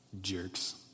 jerks